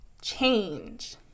change